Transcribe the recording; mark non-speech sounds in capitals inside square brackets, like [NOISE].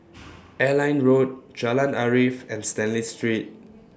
[NOISE] Airline Road Jalan Arif and Stanley Street